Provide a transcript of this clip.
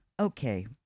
Okay